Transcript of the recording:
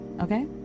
okay